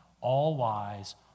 all-wise